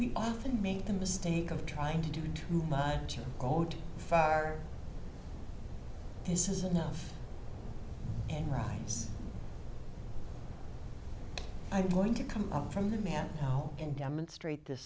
we often make the mistake of trying to do too much or go too far this is enough and right i going to come from the man and demonstrate the